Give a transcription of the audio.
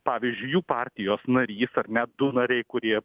pavyzdžiui jų partijos narys ar ne du nariai kurie